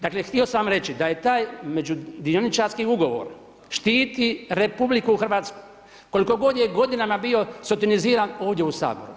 Dakle htio sam vam reći da je taj međudioničarski ugovor štiti RH koliko god je godinama bio sotoniziran ovdje u Saboru.